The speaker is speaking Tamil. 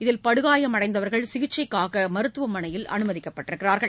இதில் படுகாயம் அடைந்தவர்கள் சிகிச்சைக்காக மருத்துவமனையில் அனுமதிக்கப்பட்டுள்ளனர்